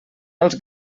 els